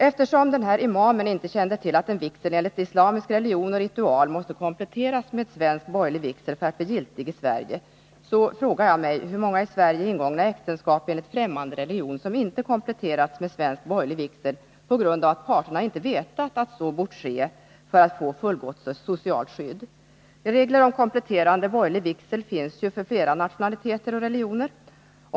Eftersom denne imam inte kände till att en vigsel enligt islamisk religion och ritual måste kompletteras med svensk borgerlig vigsel för att bli giltig i Sverige, frågar jag mig hur många i Sverige ingångna äktenskap enligt främmande religion som inte kompletterats med svensk borgerlig vigsel, på grund av att parterna inte vetat att så bort ske för att de skulle få fullgott socialt skydd. Regler om kompletterande borgerlig vigsel finns ju för flera nationaliteter och religioner.